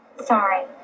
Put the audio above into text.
sorry